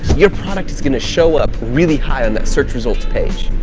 your product is going to show up really high on that search results page.